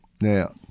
Now